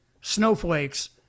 snowflakes